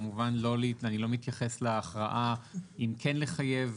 כמובן אני לא מתייחס להכרעה אם כן לחייב